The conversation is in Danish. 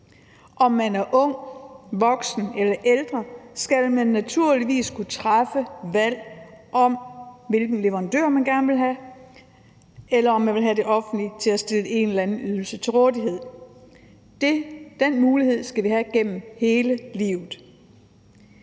om man er ung, voksen eller ældre, skal man naturligvis kunne træffe valg om, hvilken leverandør man gerne vil have, eller om man vil have det offentlige til at stille en eller anden ydelse til rådighed. Den mulighed skal vi have gennem hele livet.